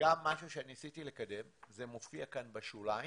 גם משהו שניסיתי לקדם, זה מופיע כאן בשוליים,